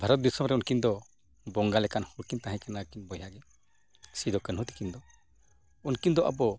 ᱵᱷᱟᱨᱚᱛ ᱫᱤᱥᱚᱢ ᱨᱮ ᱩᱱᱠᱤᱱ ᱫᱚ ᱵᱚᱸᱜᱟ ᱞᱮᱠᱟᱱ ᱦᱚᱲ ᱠᱤᱱ ᱛᱟᱦᱮᱸ ᱠᱟᱱᱟ ᱟᱹᱠᱤᱱ ᱵᱚᱭᱦᱟ ᱜᱮ ᱥᱤᱫᱩᱼᱠᱟᱹᱱᱦᱩ ᱛᱟᱹᱠᱤᱱ ᱫᱚ ᱩᱱᱠᱤᱱ ᱫᱚ ᱟᱵᱚ